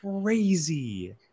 crazy